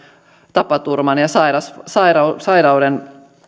tapaturman ja sairauden sairauden